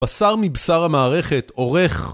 בשר מבשר המערכת עורך